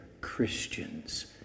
Christians